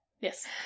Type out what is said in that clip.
Yes